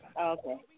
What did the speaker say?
okay